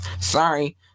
Sorry